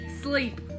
Sleep